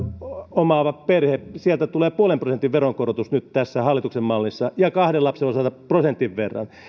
omaavalle perheelle tulee puolen prosentin veronkorotus nyt tässä hallituksen mallissa ja kahden lapsen osalta prosentin verran